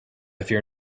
fear